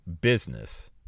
business